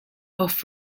off